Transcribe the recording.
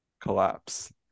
collapse